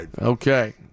Okay